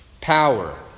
power